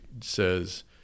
says